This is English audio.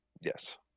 Yes